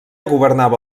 governava